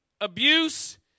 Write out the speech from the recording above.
abuse